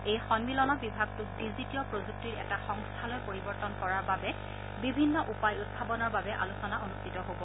এই সন্মিলনত বিভাগটোক ডিজিটিয় প্ৰযুক্তিৰ এটা সংস্থালৈ পৰিৱৰ্তন কৰাৰ বাবে বিভিন্ন উপায় উদ্ভাৱনৰ বাবে আলোচনা অনুষ্ঠিত হ'ব